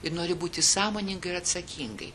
ir nori būti sąmoningai ir atsakingai